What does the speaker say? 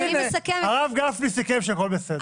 הנה, הרב גפני סיכם שהכול בסדר.